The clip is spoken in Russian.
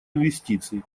инвестиций